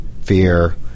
fear